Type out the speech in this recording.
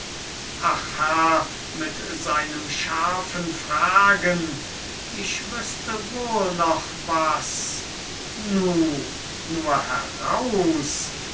mit seinem scharfen fragen ich wüßte wohl noch was nu nur heraus